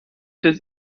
das